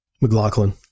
McLaughlin